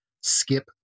skip